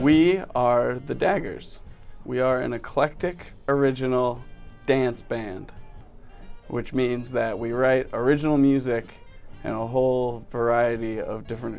we are the daggers we are in a collective original dance band which means that we write original music and a whole variety of different